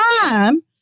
time